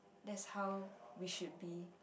that's how we should be